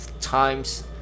times